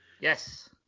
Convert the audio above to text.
Yes